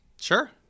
Sure